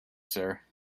sir